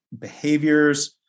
behaviors